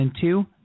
two